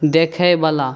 देखयवला